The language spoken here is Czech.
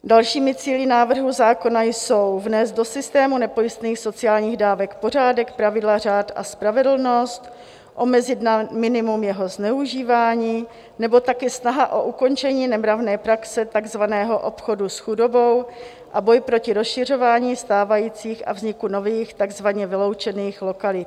Dalšími cíli návrhu zákona jsou vnést do systému nepojistných sociálních dávek pořádek, pravidla, řád a spravedlnost, omezit na minimum jeho zneužívání nebo taky snaha o ukončení nemravné praxe takzvaného obchodu s chudobou a boj proti rozšiřování stávajících a vzniku nových takzvaně vyloučených lokalit.